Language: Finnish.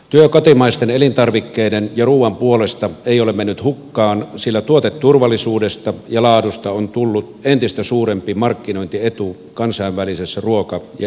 työ kotimaisten elintarvikkeiden ja ruuan puolesta ei ole mennyt hukkaan sillä tuoteturvallisuudesta ja laadusta on tullut entistä suurempi markkinointietu kansainvälisessä ruoka ja elintarvikekaupassa